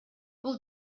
бул